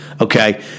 okay